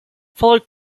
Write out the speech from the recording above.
followed